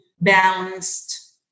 balanced